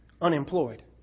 unemployed